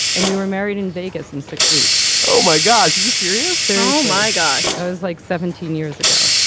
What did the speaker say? and we were married in vegas in six weeks oh, my gosh. are you serious? so oh, my gosh i was like seventeen years ago.